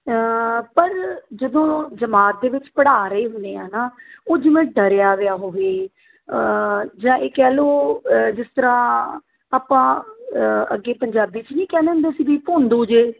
ਪਰ ਜਦੋਂ ਜਮਾਤ ਦੇ ਵਿੱਚ ਪੜ੍ਹਾ ਰਹੇ ਹੁੰਦੇ ਹਾਂ ਨਾ ਉਹ ਜਿਵੇਂ ਡਰਿਆ ਵਿਆ ਹੋਵੇ ਜਾਂ ਇਹ ਕਹਿ ਲਓ ਜਿਸ ਤਰ੍ਹਾਂ ਆਪਾਂ ਅੱਗੇ ਪੰਜਾਬੀ 'ਚ ਨਹੀਂ ਕਹਿੰਦੇ ਹੁੰਦੇ ਸੀ ਵੀ ਭੋਂਦੂ ਜਿਹੇ